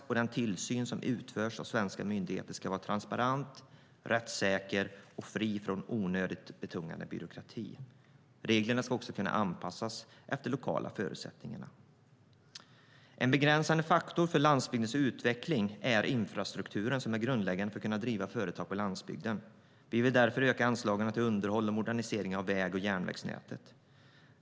Och den tillsyn som svenska myndigheter utför ska vara transparent, rättssäker och fri från onödigt betungande byråkrati. Reglerna ska också kunna anpassas efter lokala förutsättningar. En begränsande faktor för landsbygdens utveckling är infrastrukturen som är grundläggande för att man ska kunna driva företag på landsbygden. Vi vill därför öka anslagen till underhåll och modernisering av väg och järnvägsnätet.